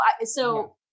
so-